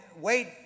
wait